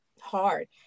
hard